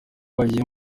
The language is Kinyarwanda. bagiye